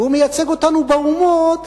והוא מייצג אותנו באומות,